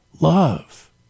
love